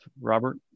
robert